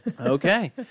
Okay